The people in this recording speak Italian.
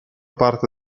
parte